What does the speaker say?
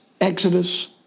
Exodus